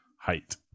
height